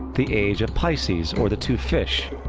the age of pisces, or the two fish.